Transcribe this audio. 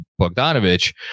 Bogdanovich